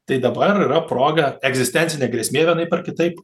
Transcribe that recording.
tai dabar yra proga egzistencinė grėsmė vienaip ar kitaip